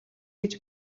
гэж